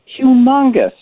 humongous